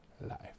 life